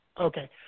Okay